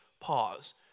Pause